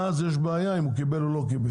אז יש בעיה אם הוא קיבל או לא קיבל.